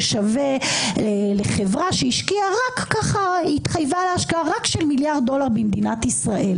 ששווה לחברה שהתחייבה רק להשקעה של מיליארד דולר במדינת ישראל,